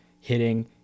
hitting